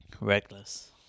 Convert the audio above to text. Reckless